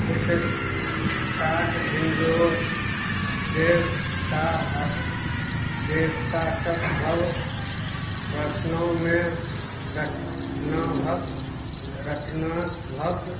ओसताद हिन्दू देवता देवतासभ प्रश्नोमे रचना भक रचनाक भक